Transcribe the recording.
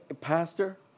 Pastor